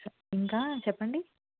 ఇంకా చెప్పండి